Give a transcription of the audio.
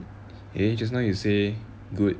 eh just now you say good